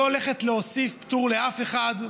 לא הולכת להוסיף פטור לאף אחד,